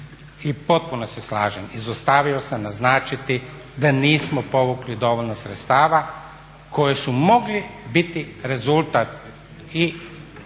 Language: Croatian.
I potpuno se slažem, izostavio sam naznačiti da nismo povukli dovoljno sredstava koji su mogli biti rezultat i